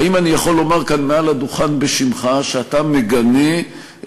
האם אני יכול לומר כאן מעל הדוכן בשמך שאתה מגנה את